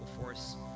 force